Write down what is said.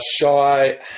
Shy